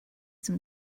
some